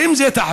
האם זה תחביב,